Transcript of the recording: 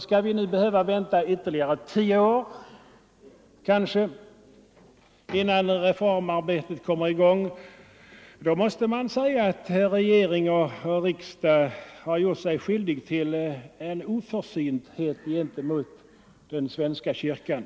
Skall vi nu behöva vänta kanske ytterligare tio år innan reformarbetet kommer i gång, måste regering och riksdag anses ha gjort sig skyldiga till en oförsynthet gentemot svenska kyrkan.